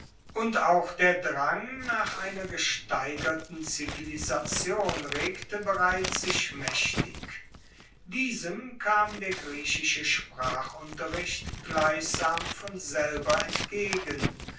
und auch der drang nach einer gesteigerten zivilisation regte bereits sich maechtig diesem kam der griechische sprachunterricht gleichsam von selber entgegen